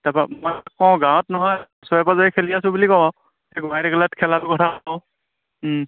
তাৰপৰা মই কওঁ গাঁৱত নহয় ওচৰে পাঁজৰে খেলি আছোঁ বুলি কওঁ গোহাঁই টেকেলাত খেলাৰ কথাটো কওঁ